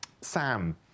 Sam